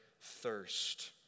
thirst